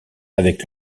avec